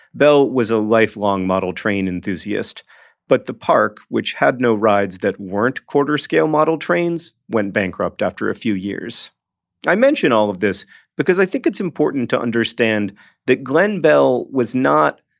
bell was a lifelong model train enthusiast but the park, which had no rides that weren't quarter-scale model trains, went bankrupt after a few years i mention all of this because i think it's important to understand that glen bell was not,